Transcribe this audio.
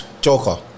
joker